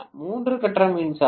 மூன்று கட்ட மின்சாரம்